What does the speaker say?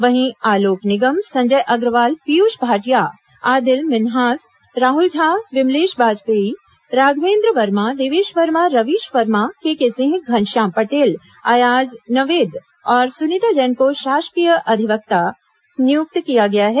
वहीं आलोक निगम संजय अग्रवाल पीयूष भाटिया आदिल मिन्हास राहुल झा विमलेश वाजपेयी राघवेन्द्र वर्मा देवेश वर्मा रवीश वर्मा केके सिंह घनश्याम पटेल अयाज नवेद और सुनीता जैन को शासकीय अधिवक्ता नियुक्त किया गया है